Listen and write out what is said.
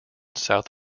south